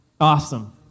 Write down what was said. Awesome